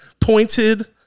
pointed